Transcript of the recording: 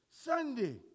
Sunday